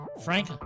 frank